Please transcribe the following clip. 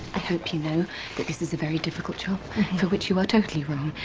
i hope you know that this is a very difficult job for which you are totally wrong.